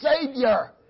Savior